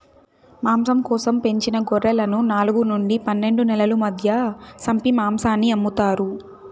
మాంసం కోసం పెంచిన గొర్రెలను నాలుగు నుండి పన్నెండు నెలల మధ్య సంపి మాంసాన్ని అమ్ముతారు